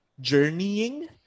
journeying